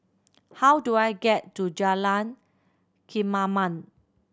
how do I get to Jalan Kemaman